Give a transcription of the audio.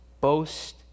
boast